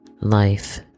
life